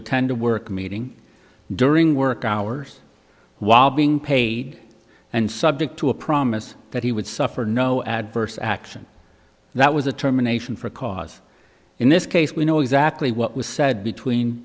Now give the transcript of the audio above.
attend a work meeting during work hours while being paid and subject to a promise that he would suffer no adverse action that was the terminations for cause in this case we know exactly what was said between